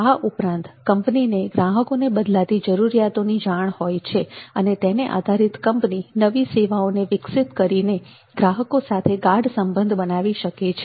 આ ઉપરાંત કંપનીને ગ્રાહકોને બદલાતી જરૂરિયાતોની જાણ હોય છે અને તેને આધારિત કંપની નવી સેવાઓને વિકસિત કરીને ગ્રાહકો સાથે ગાઢ સંબંધ બનાવી શકે છે